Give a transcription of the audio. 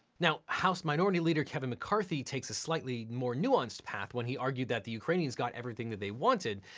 now house minority leader kevin mccarthy takes a slightly more nuanced path when he argued that the ukrainians got everything that they wanted,